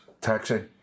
Taxi